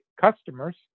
customers